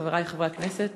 חברי חברי הכנסת,